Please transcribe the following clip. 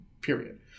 period